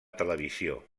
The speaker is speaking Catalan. televisió